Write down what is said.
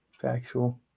Factual